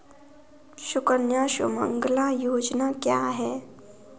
सुकन्या सुमंगला योजना क्या है?